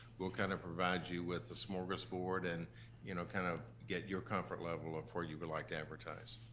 we'll kind of provide you with the smorgasbord and you know kind of get your comfort level before you would like to advertise.